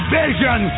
vision